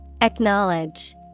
Acknowledge